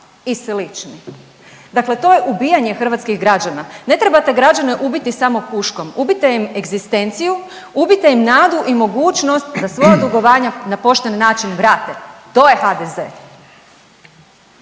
i slični, dakle to je ubijanje hrvatskih građana. Ne trebate građane ubiti samo puškom, ubijte im egzistenciju, ubijte im nadu i mogućnost da svoja dugovanja na pošten način vrate, to je HDZ.